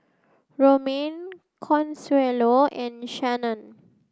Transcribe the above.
Romaine Consuelo and Shannen